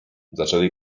zaczęli